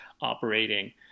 operating